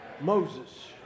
Moses